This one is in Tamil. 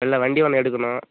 இல்லை வண்டி ஒன்று எடுக்கணும்